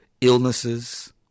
illnesses